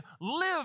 live